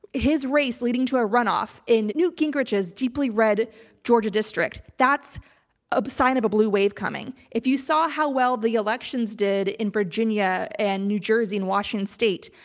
his race leading to a runoff in newt gingrich's deeply red georgia district, that's a sign of a blue wave coming. if you saw how well the election's did in virginia and new jersey and washington state,